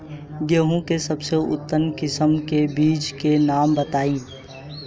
गेहूं के सबसे उन्नत किस्म के बिज के नाम बताई?